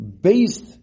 based